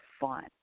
fun